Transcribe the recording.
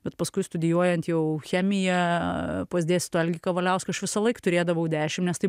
bet paskui studijuojant jau chemiją pas dėstytoją algį kavaliauską aš visąlaik turėdavau dešim nes tai